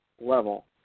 level